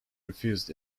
refused